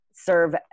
serve